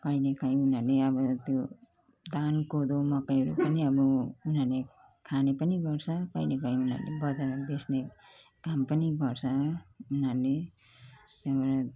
कहिलेकाहीँ उनीहरूले अब त्यो धान कोदो मकैहरू पनि अब उनीहरूले खाने पनि गर्छ कहिलेकाहीँ उनीहरूले बजारमा बेच्ने काम पनि गर्छ उनीहरू त्यहाँबाट